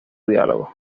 diálogo